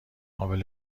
قابل